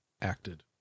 acted